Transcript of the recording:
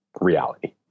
reality